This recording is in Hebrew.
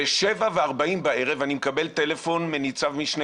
בשבע וארבעים בערב אני מקבל טלפון מניצב משנה